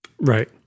right